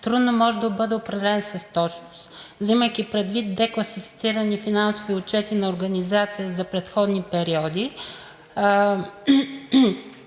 трудно може да бъде определен с точност. Вземайки предвид декласифицирани финансови отчети на Организацията за предходни периоди,